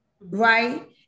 right